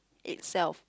itself